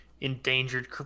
endangered